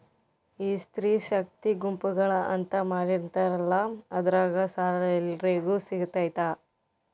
ಈ ಸ್ತ್ರೇ ಶಕ್ತಿ ಗುಂಪುಗಳು ಅಂತ ಮಾಡಿರ್ತಾರಂತಲ ಅದ್ರಾಗ ಸಾಲ ಎಲ್ಲರಿಗೂ ಸಿಗತೈತಾ?